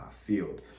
field